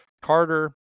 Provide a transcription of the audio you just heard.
Carter